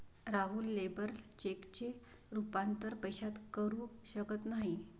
राहुल लेबर चेकचे रूपांतर पैशात करू शकत नाही